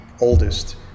oldest